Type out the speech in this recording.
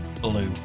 blue